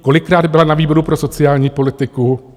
Kolikrát byla na výboru pro sociální politiku?